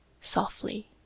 Softly